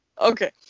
Okay